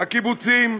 הקיבוצים,